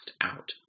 out